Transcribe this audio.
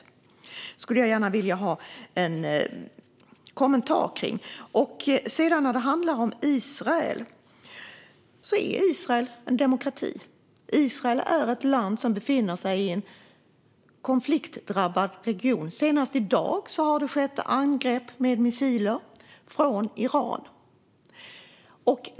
Jag skulle gärna vilja ha en kommentar på det. Israel är en demokrati. Israel befinner sig i en konfliktdrabbad region, och senast i dag angreps Israel med missiler från Iran.